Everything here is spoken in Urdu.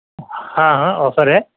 ہاں ہاں آفر ہے